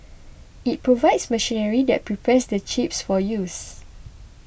it provides machinery that prepares the chips for use